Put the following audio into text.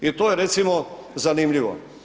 I to je recimo zanimljivo.